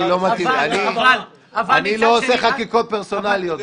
אני בדרך כלל לא עושה חקיקות פרסונליות.